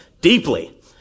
deeply